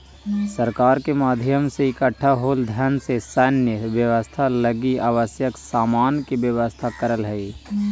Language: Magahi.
सरकार कर के माध्यम से इकट्ठा होल धन से सैन्य व्यवस्था लगी आवश्यक सामान के व्यवस्था करऽ हई